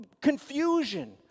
Confusion